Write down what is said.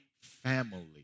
family